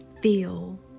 feel